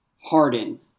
Harden